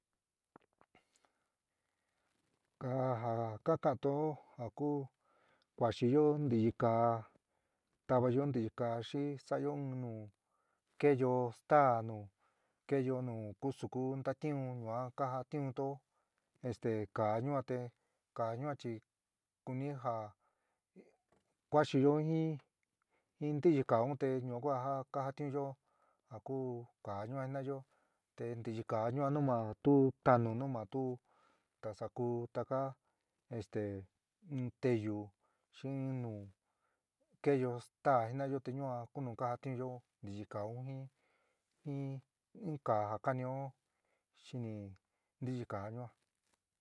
Kaá ja kakantoó ja ku kuaxiyo ntiyikaá. tavayo ntiyikaá xi sa'ayo in nu keéyo staá. nu keéyo nu kusukú ntatiún yuan kajatiuntó este kaá yuan te kaá yuan chi kuni ja kuaxiyo jin ntiyikaá te un ñua ku ja kajatiunyo ja ku kaá yuan jina'ayo te ntiyikaá ñua nu ma tu taánu nu ma tu ntasa ku taka este ñuteyu xi in nu keéyo staá jin'ayo ñua ku nu kajatiunyo ntiyikaá un jin jin in kaá ja kánio xini ntiyikaá ñua.